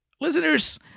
listeners